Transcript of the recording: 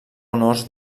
honors